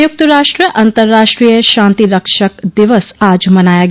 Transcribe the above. संयुक्त राष्ट्र अंतर्राष्ट्रीय शांति रक्षक दिवस आज मनाया गया